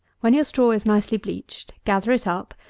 when your straw is nicely bleached, gather it up,